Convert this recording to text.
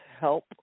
help